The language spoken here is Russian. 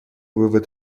вывод